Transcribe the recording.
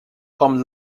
com